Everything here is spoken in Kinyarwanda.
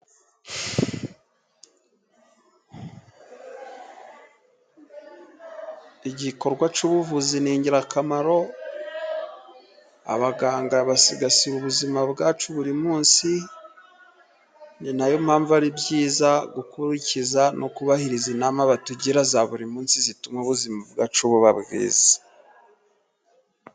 Igikorwa cy'ubuvuzi ni ingirakamaro. Abaganga basigasira ubuzima bwacu buri munsi, ni na yo mpamvu ari byiza gukurikiza no kubahiriza inama batugira za buri munsi, zituma ubuzima bwacu buba bwiza.